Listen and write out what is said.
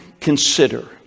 consider